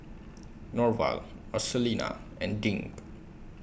Norval Marcelina and Dink